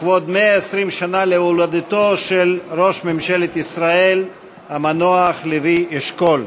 לכבוד מאה-ועשרים שנה להולדתו של ראש ממשלת ישראל המנוח לוי אשכול.